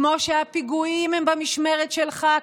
כמו שהפיגועים הם במשמרת שלך,